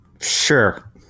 Sure